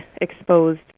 exposed